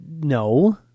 no